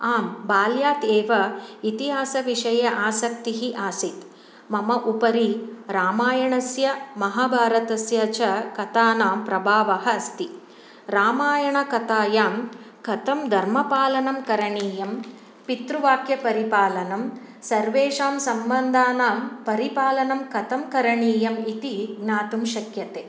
आम् बाल्यात् एव इतिहासविषये आसक्तिः आसीत् मम उपरि रामायणस्य महाभारतस्य च कथानां प्रभावः अस्ति रामायणकथायां कथं धर्मपालनं करणीयं पितृवाक्य परिपालनं सर्वेषां सम्बन्धानां परिपालनं कथं करणीयम् इति ज्ञातुं शक्यते